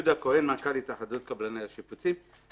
יהודה כהן, מנכ"ל התאחדות קבלני השיפוצים.